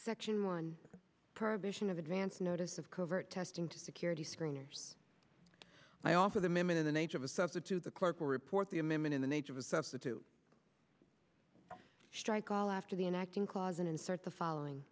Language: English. section one provision of advance notice of covert testing to security screeners i offer them in the nature of a substitute the clerk will report the amendment in the nature of a substitute strike call after the enacting cause and insert the following